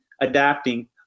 adapting